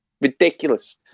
ridiculous